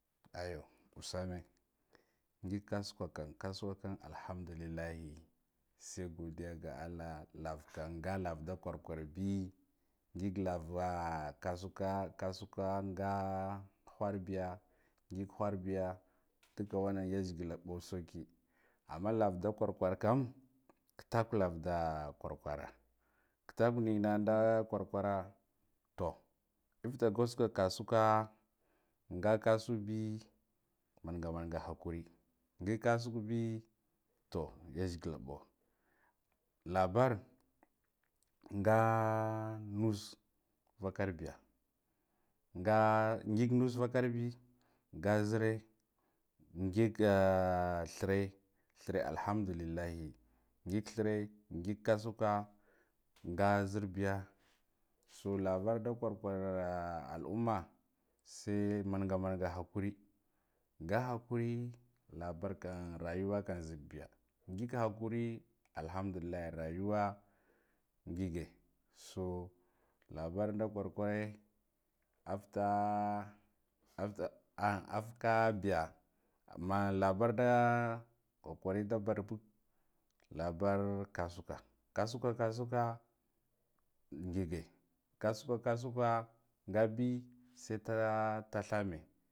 Ayo usame ngig kasukakan kasukan alhamdulillahi sai godiya ga allah lau kan da kwarkwarbi ngig lava kasuka kasuka a nga wharbiya ngig wharbiya dika wanan yizigiba mɓo soki amma lar da kwa ka arkam kidala lav da kwarkwara kitak wna nda kwarkwara to iftagoka kasukwa nga kasubi manga manga hakuri nga kasubi to yizigila mɓo labar nga nub vakar biya nga ngig nusa vakarbi nga zire ngig ga vhire thir alhamdulillah ngig vhire ngig kasuka nga zirbiya so lavar da kwakwa alkumma sai manga manga hakuri nga ha kuri babarka rayuwa kan ziɗbiya ngig hakuri alhamdulillah rayuwa ngige so labar nda kwakware afta, afta, ah afkabi ya ma labarda na kwakwaring da barbug labar kasuka, kasuka, kasuka ngige kasuika kasuka ngabi sata tathame